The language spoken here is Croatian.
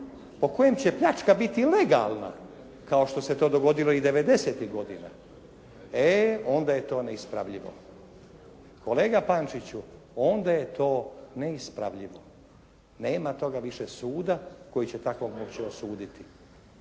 po kojem će pljačka biti legalna kao što se to dogodilo i devedesetih godina, e onda je to neispravljivo. Kolega Pančiću, onda je to neispravljivo. Nema toga više suda koji će takvog moći osuditi.